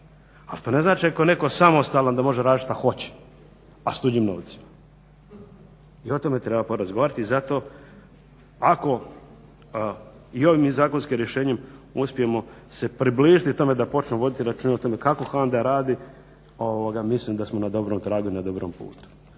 Ali to ne znači ako je netko samostalan da može radit šta hoće, a s tuđim novcima. I o tome treba porazgovarati. I zato ako i ovim zakonskim rješenjem uspijemo se približiti tome da počnemo voditi računa kako HANDA radi mislim da smo na dobrom tragu i na dobrom putu.